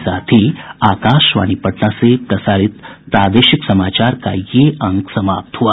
इसके साथ ही आकाशवाणी पटना से प्रसारित प्रादेशिक समाचार का ये अंक समाप्त हुआ